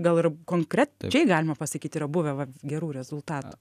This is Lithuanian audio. gal ir konkrečiai galima pasakyti yra buvę va gerų rezultatų